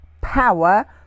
power